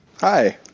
Hi